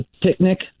picnic